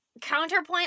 counterpoint